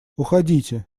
уходите